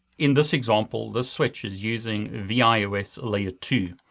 in this example, this switch is using vios layer two.